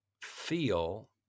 feel